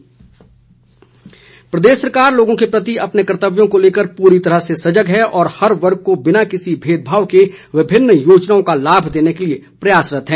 सरवीण चौधरी प्रदेश सरकार लोगों के प्रति अपने कर्तव्यों को लेकर पूरी तरह सजग है और हर वर्ग को बिना किसी भेदभाव के विभिन्न योजनाओं का लाभ देने के लिए प्रयासरत है